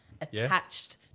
attached